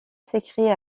s’écrit